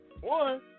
one